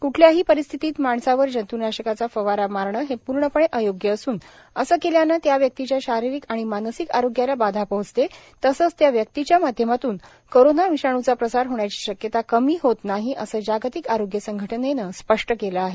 क्ठल्याही परिसथितीत माणसावर जंत्नाशकाचा फवारा मारणं हे पूर्णपणे अयोग्य असून असं केल्यानं त्या व्यक्तीच्या शारीरिक आणि मानसिक आरोग्याला बाधा पोहोचते तसंच त्या व्यक्तीच्या माध्यमातून कोरोना विषाणूचा प्रसार होण्याची शक्यता कमी होत नाही असं जागतिक आरोग्य संघटनेनं स्पष्ट केलं आहे